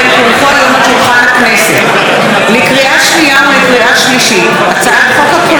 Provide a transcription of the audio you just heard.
לקריאה שנייה ולקריאה שלישית: הצעת חוק הקולנוע (תיקון מס' 5),